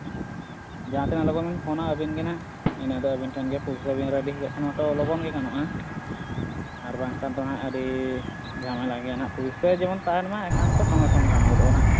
ᱡᱟᱦᱟᱸ ᱛᱤᱱᱟᱹᱜ ᱞᱚᱜᱚᱱ ᱵᱤᱱ ᱯᱷᱳᱱᱟ ᱟᱹᱵᱤᱱᱜᱮ ᱦᱟᱸᱜ ᱤᱱᱟᱹ ᱫᱚ ᱟᱹᱵᱤᱱ ᱴᱷᱮᱱ ᱜᱮ ᱯᱩᱭᱥᱟᱹ ᱵᱤᱱ ᱨᱮᱰᱤ ᱠᱟᱜ ᱠᱷᱟᱱ ᱢᱟᱛᱚ ᱞᱚᱜᱚᱱ ᱜᱮ ᱜᱟᱱᱚᱜᱼᱟ ᱟᱨ ᱵᱟᱝᱠᱷᱟᱱ ᱫᱚ ᱦᱟᱸᱜ ᱟᱹᱰᱤ ᱡᱷᱟᱢᱮᱞᱟ ᱜᱮᱭᱟ ᱯᱩᱭᱥᱟᱹ ᱡᱮᱢᱚᱱ ᱛᱟᱦᱮᱱ ᱮᱱᱠᱷᱟᱱ ᱫᱚ ᱥᱚᱸᱜᱮ ᱥᱚᱸᱜᱮ ᱜᱟᱱ ᱜᱚᱫᱚᱜᱼᱟ ᱦᱟᱸᱜ